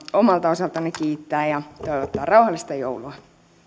omalta osaltani kiittää ja toivottaa rauhallista joulua